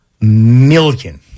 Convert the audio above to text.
million